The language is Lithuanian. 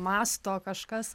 masto kažkas